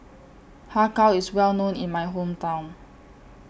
Har Kow IS Well known in My Hometown